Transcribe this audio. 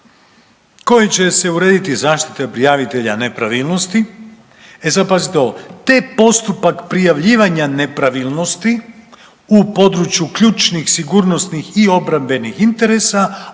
kojim će se urediti zaštita prijavitelja nepravilnosti“, e sad pazite ovo „te postupak prijavljivanja nepravilnosti u području ključnih sigurnosnih i obrambenih interesa,